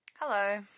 Hello